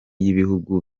y’ibihugu